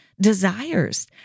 desires